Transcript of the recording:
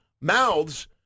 mouths